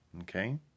okay